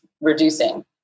reducing